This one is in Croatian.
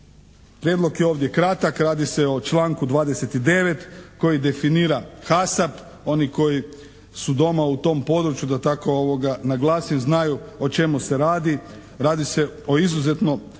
prijedlog je ovdje kratak, radi se o članku 29. koji definira KASAP, oni koji su doma u tom području da tako naglasim znaju o čemu se radi. Radi se o izuzetno važnom dijelu